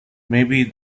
maybe